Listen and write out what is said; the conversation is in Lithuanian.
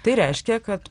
tai reiškia kad